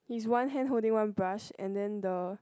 his one hand holding one brush and then the